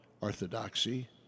orthodoxy